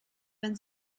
wenn